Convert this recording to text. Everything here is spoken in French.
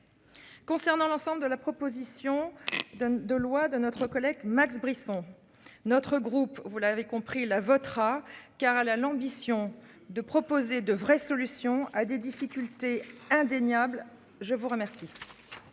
Concernant l'ensemble de la proposition de loi de notre collègue Max Brisson. Notre groupe, vous l'avez compris la votera car elle a l'ambition de proposer de vraies solutions à des difficultés indéniable. Je vous remercie.